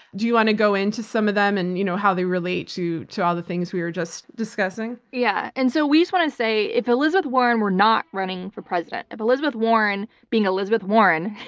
do you want to go into some of them and you know how they relate to to all the things we were just discussing? yeah. and so we just want to say, if elizabeth warren were not running for president, elizabeth warren being elizabeth warren,